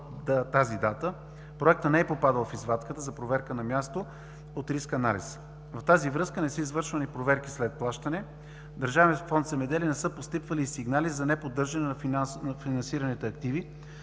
тази дата проектът не е попадал в извадката за проверка на място от риск анализ. В тази връзка не са извършвани проверки след плащане, в Държавен фонд „Земеделие“ не са постъпвали сигнали за неподдържане на финансираните активи,